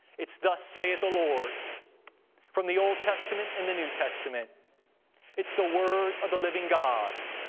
it's thus saith the lord from the old testament and the new testament it's the word of the living god,